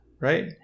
Right